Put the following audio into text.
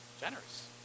generous